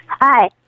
Hi